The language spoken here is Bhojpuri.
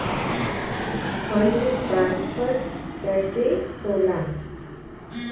फण्ड ट्रांसफर कैसे होला?